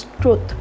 truth